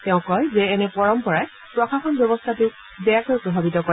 তেওঁ কয় যে এনে পৰম্পৰাই প্ৰশাসন ব্যৱস্থাটোক বেয়াকৈ প্ৰভাৱিত কৰে